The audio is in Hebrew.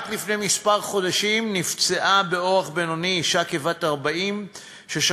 רק לפני מספר חודשים נפצעה באורח בינוני אישה כבת 40 ששכבה